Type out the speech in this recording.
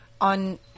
on